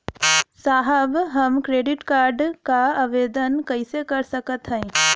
साहब हम credit card क आवेदन कइसे कर सकत हई?